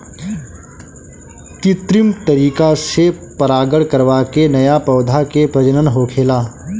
कित्रिम तरीका से परागण करवा के नया पौधा के प्रजनन होखेला